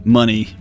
money